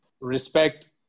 Respect